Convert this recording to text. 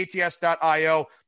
ats.io